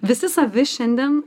visi savi šiandien